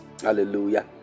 hallelujah